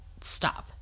stop